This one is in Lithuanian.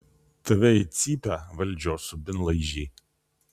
tave į cypę valdžios subinlaižy